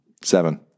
Seven